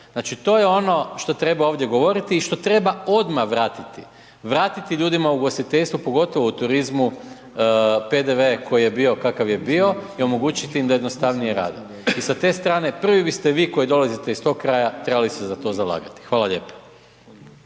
Znači to je ono što treba ovdje govoriti i što treba odmah vratiti. Vratiti ljudima ugostiteljstvo pogotovo u turizmu PDV koji je bio kakav je bio i omogućiti im da jednostavnije rade. I sa te strane prvi biste vi koji dolazite iz tog kraja trebali se za to zalagati. Hvala lijepo.